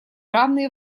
равные